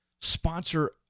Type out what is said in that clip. sponsor